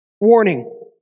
Warning